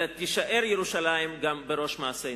אלא תישאר ירושלים גם בראש מעשינו.